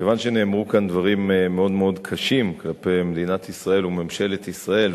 כיוון שנאמרו כאן דברים מאוד מאוד קשים כלפי מדינת ישראל וממשלת ישראל,